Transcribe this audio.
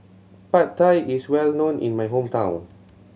Pad Thai is well known in my hometown